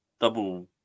double